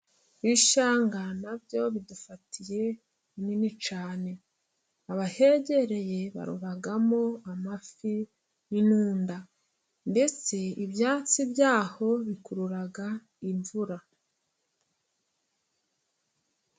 Ibishanga na byo bidufatiye runini cyane. Abahegereye barobamo amafi， n'inunda， ndetse ibyatsi byaho bikurura imvura.